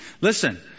Listen